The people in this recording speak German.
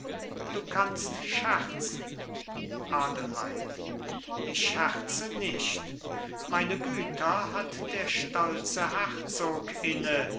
du kannst scherzen adelheid ich scherze nicht meine güter hat der stolze herzog inne